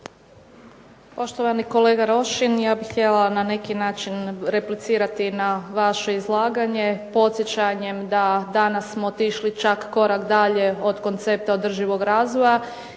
Poštovani kolega Rošin, ja bih htjela na neki način replicirati na vaše izlaganje podsjećanjem da danas smo otišli čak korak dalje od koncepta održivog razvoja